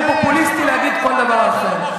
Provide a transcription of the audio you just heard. לכן, זה פופוליסטי לומר כל דבר אחר.